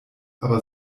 aber